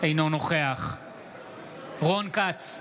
אינו נוכח רון כץ,